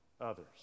others